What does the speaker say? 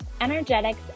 energetics